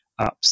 apps